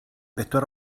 bedwar